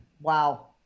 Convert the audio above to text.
Wow